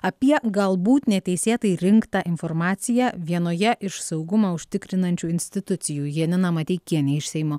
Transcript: apie galbūt neteisėtai rinktą informaciją vienoje iš saugumą užtikrinančių institucijų janina mateikienė iš seimo